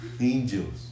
Angels